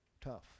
tough